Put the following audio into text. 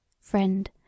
Friend